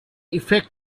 effect